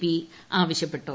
P ആവശ്യപ്പെട്ടു